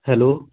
hello